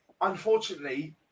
unfortunately